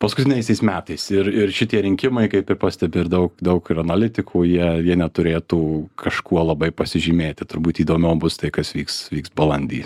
paskutiniaisiais metais ir ir šitie rinkimai kaip ir pastebi ir daug daug ir analitikų jie neturėtų kažkuo labai pasižymėti turbūt įdomiau bus tai kas vyks vyks balandį